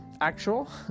actual